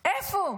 איפה?